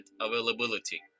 availability